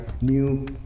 new